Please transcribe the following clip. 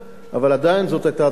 אבל עדיין זאת היתה הצלחה.